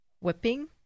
whipping